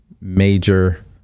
major